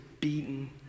beaten